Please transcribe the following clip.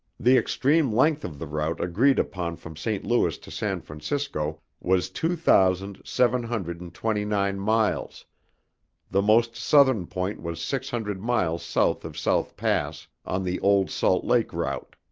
the extreme length of the route agreed upon from st. louis to san francisco was two thousand seven hundred and twenty-nine miles the most southern point was six hundred miles south of south pass on the old salt lake route.